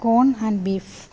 corn and beef